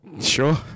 Sure